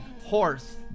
horse